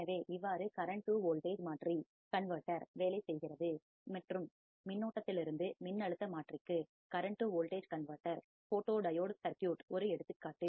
எனவே இவ்வாறு current 2 voltage மாற்றிகன்வட்டர் வேலை செய்கிறது மற்றும் மின்னோட்டத்திலிருந்து மின்னழுத்த மாற்றிக்கு கரண்ட் 2வோல்டேஜ்கன்வட்டர் ஃபோட்டோடியோட் சுற்று சர்க்யூட் ஒரு எடுத்துக்காட்டு